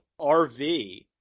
RV